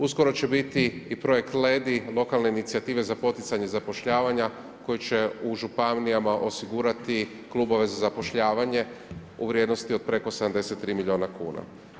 Uskoro će biti i projekt Ledi, lokalne inicijative za poticanje zapošljavanja, koje će u županijama osigurati, klubove za zapošljavanje, u vrijednosti, od preko 73 milijuna kuna.